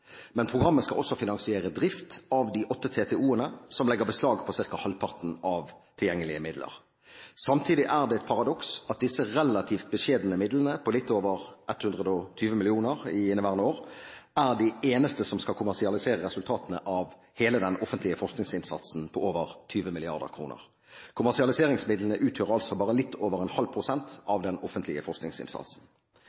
Men programmet skal også finansiere drift av de åtte TTO-ene, som legger beslag på ca. halvparten av tilgjengelige midler. Samtidig er det et paradoks at disse relativt beskjedne midlene – på litt over 120 mill. kr i inneværende år – er de eneste som skal kommersialisere resultatene av hele den offentlige forskningsinnsatsen på over 20 mrd. kr. Kommersialiseringsmidlene utgjør altså bare litt over